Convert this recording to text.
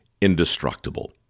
indestructible